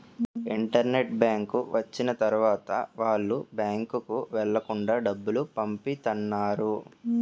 internet bank వచ్చిన తర్వాత వాళ్ళు బ్యాంకుకు వెళ్లకుండా డబ్బులు పంపిత్తన్నారు